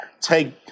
take